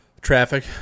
Traffic